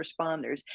responders